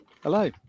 hello